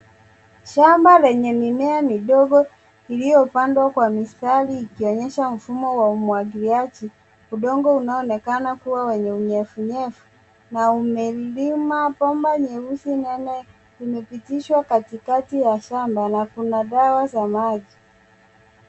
Shamba lenye mimea midogo iliyoandwa kwa mistari ikionyesha mfumo wa umwagilliaji. Udongo unaonekana kua wenye unyevu nyevu na umelima, bomba nyeusi nene imepitishwa katikati ya shamba na kuna dawa za maji.